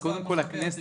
אז קודם כל,